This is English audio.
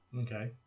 Okay